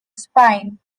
spine